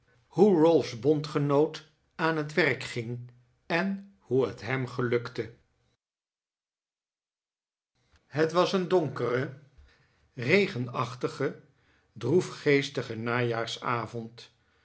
ralph's bondgenoot aan het werk ging en hoe het hem gelukte het was een donkere regenachtige droefgeestige najaarsavond